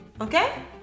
Okay